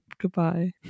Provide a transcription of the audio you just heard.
goodbye